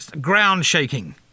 ground-shaking